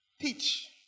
teach